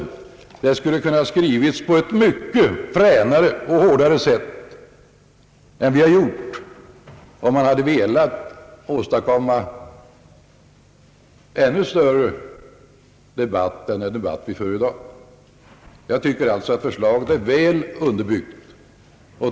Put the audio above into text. Det hela skulle ha kunnat skrivas på ett mycket fränare och hårdare sätt än utskottet har gjort, om man hade velat åstadkomma ännu större debatt än den vi i dag för. Jag tycker alltså att utskottets förslag är väl underbyggt.